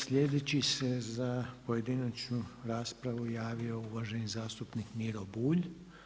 Sljedeći se za pojedinačnu raspravu javio uvaženi zastupnik Miro Bulj.